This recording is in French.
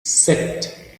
sept